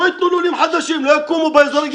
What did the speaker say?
לא יקומו לולים חדשים, לא יקומו באזורי גידול.